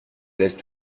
laisse